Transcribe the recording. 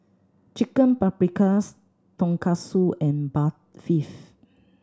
Chicken Paprikas Tonkatsu and Barfi